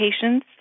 patients